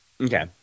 okay